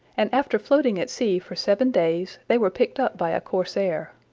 and after floating at sea for seven days they were picked up by a corsair.